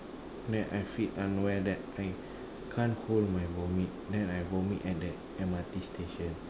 then I feel unaware that I can't hold my vomit then I vomit at the M_R_T station